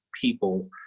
people